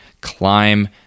climb